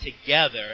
together